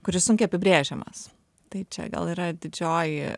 kuris sunkiai apibrėžiamas tai čia gal yra didžioji